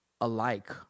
alike